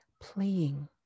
playing